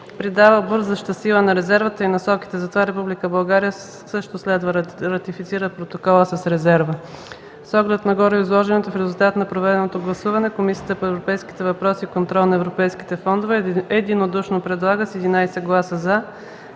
придава обвързваща сила на резервата и насоките. Затова Република България също следва да ратифицира протокола с резерва. С оглед на гореизложеното и в резултат на проведеното гласуване, Комисията по европейските въпроси и контрол на европейските фондове единодушно, с 11 гласа „за”,